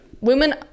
women